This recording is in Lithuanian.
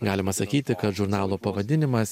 galima sakyti kad žurnalo pavadinimas